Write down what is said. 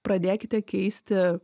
pradėkite keisti